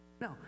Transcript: No